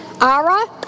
ARA